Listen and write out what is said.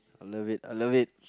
I love it I love it